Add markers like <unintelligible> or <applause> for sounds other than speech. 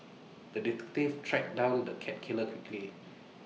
the <unintelligible> tracked down the cat killer quickly